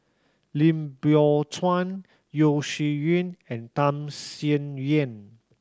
Lim Biow Chuan Yeo Shih Yun and Tham Sien Yen